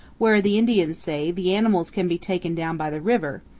where, the indians say, the animals can be taken down by the river,